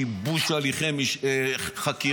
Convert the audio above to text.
שיבוש הליכי חקירה.